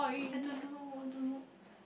I don't know I don't know